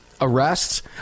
arrests